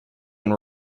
and